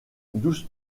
douze